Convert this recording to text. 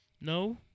No